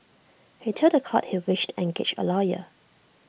he told The Court he wished to engage A lawyer